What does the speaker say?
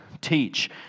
teach